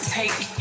take